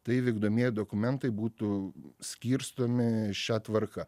tai vykdomieji dokumentai būtų skirstomi šia tvarka